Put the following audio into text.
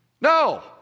No